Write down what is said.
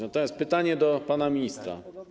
Natomiast mam pytanie do pana ministra.